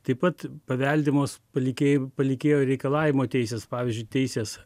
taip pat paveldimos palikė palikėjo reikalavimo teisės pavyzdžiui teisės